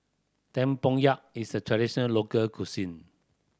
tempoyak is a traditional local cuisine